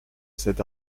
cet